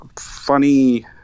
funny